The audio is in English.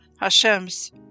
HaShem's